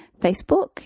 Facebook